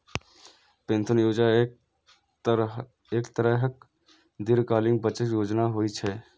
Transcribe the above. pension योजना एक तरहक दीर्घकालीन बचत योजना होइ छै